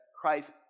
Christ